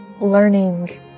Learning